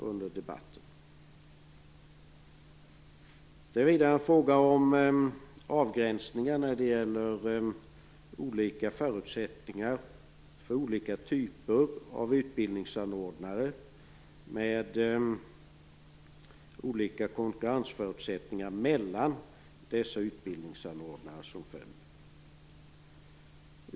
Vidare är det fråga om avgränsningar för olika förutsättningar för olika typer av utbildningsanordnare med olika konkurrensförutsättningar mellan dessa utbildningsanordnare som följd.